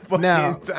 now